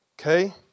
okay